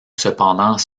cependant